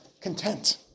content